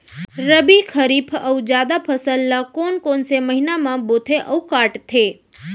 रबि, खरीफ अऊ जादा फसल ल कोन कोन से महीना म बोथे अऊ काटते?